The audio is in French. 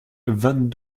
vingt